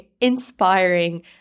inspiring